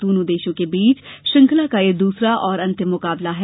दोनों देशों के बीच श्रृंखला का यह दूसरा और अंतिम मुकाबला है